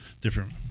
different